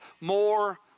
more